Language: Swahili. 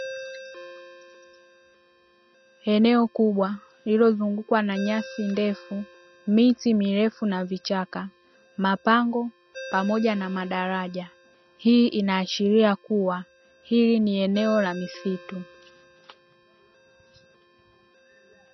Eneo kubwa lililozungukwa na nyasi ndefu, miti mirefu na vichaka, mapango, pamoja na madaraja. Hii inaashiria kuwa hili ni eneo la misitu.